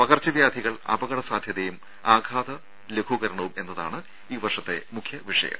പകർച്ചവ്യാധികൾ അപകട സാധ്യതയും ആഘാത ലഘൂകരണവും എന്നതാണ് ഈ വർഷത്തെ മുഖ്യ വിഷയം